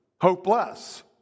hopeless